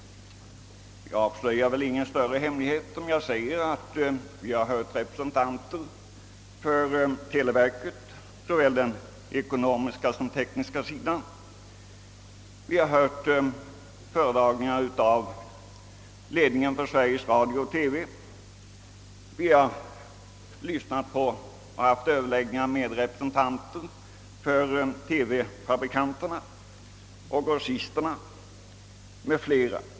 Jag avslöjar väl ingen större hemlighet, om jag säger att vi har hört såväl ekonomiska som tekniska representanter från televerket, vi har hört föredragningar av ledningen för Sveriges Radio och TV, vi har lyssnat på och haft överläggningar med representanter för TV-fabrikanterna och grossisterna m.fl.